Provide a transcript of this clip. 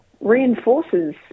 reinforces